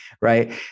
right